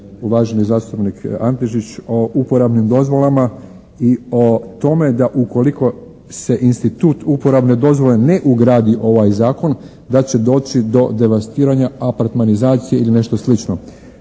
uvaženi zastupnik Antešić, o uporabnim dozvolama i o tome da ukoliko se institut uporabne dozvole ne ugradi u ovaj zakon da će doći do devastiranja apartmanizacije ili nešto slično.